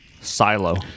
silo